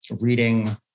reading